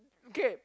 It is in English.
okay